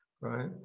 right